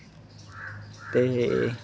ते